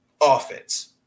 offense